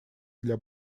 для